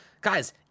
Guys